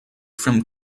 from